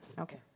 Okay